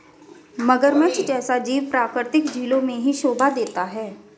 मगरमच्छ जैसा जीव प्राकृतिक झीलों में ही शोभा देता है